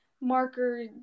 marker